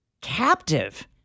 captive